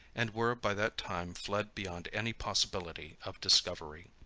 and were by that time fled beyond any possibility of discovery.